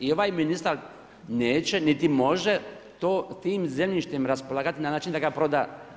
I ovaj ministar neće niti može to, tim zemljištem raspolagati na način da ga proda.